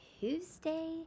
Tuesday